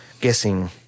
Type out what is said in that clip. guessing